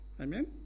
Amen